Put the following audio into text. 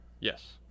Yes